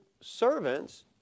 servants